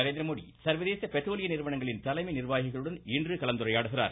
நரேந்திரமோதி சர்வதேச பெட்ரோலிய நிறுவனங்களின் தலைமை நிர்வாகிகளுடன் இன்று கலந்துரையாடுகிறார்